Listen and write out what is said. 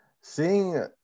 seeing